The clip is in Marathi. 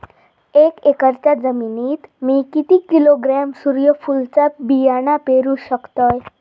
एक एकरच्या जमिनीत मी किती किलोग्रॅम सूर्यफुलचा बियाणा पेरु शकतय?